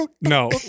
No